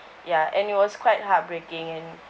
ya and it was quite heartbreaking and